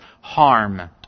harm